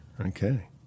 Okay